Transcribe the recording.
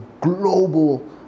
global